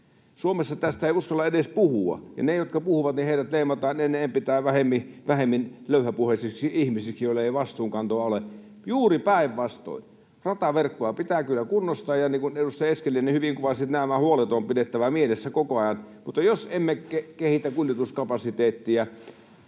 Suomessa tästä ei uskalla edes puhua, ja ne, jotka puhuvat, niin heidät leimataan enempi tai vähemmin löyhäpuheisiksi ihmisiksi, joilla ei vastuunkantoa ole. Juuri päinvastoin. Rataverkkoa pitää kyllä kunnostaa, ja niin kuin edustaja Eskelinen hyvin kuvasi, niin nämä huolet on pidettävä mielessä koko ajan, mutta jos kehitämme kuljetuskapasiteettia